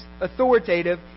authoritative